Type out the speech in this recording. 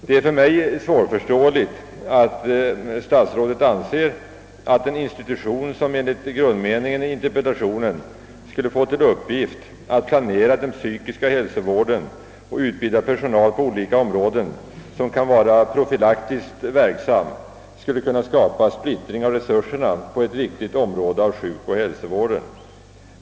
Det är för mig svårförståeligt att statsrådet anser att en institution, som enligt grundmeningen i interpellationen skulle få till uppgift att planera den psykiska hälsovården och utbilda personal på olika områden som kan vara profylaktiskt verksam, skulle splittra resurserna på ett viktigt område av sjukoch hälsovården.